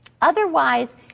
Otherwise